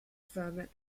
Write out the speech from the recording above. fermat